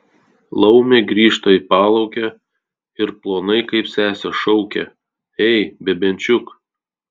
laumė grįžta į palaukę ir plonai kaip sesė šaukia ei bebenčiuk